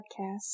podcast